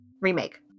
Remake